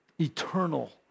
eternal